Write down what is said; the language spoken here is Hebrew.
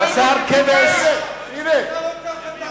בשר כבש, אין גבול, שר האוצר חתם עליהם.